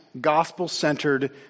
gospel-centered